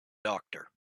doctor